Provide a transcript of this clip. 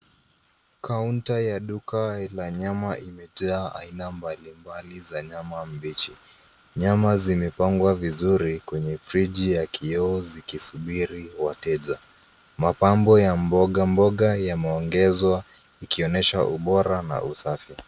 Kaunta ya duka la nyama imejaa aina mbalimbali za nyama mbichi. Nyama zimepangwa vizuri, kwenye friji ya kioo, zikisubiri wateja. Mapambo ya mboga mboga yameongezwa, ikionyesha ubora, na usafi.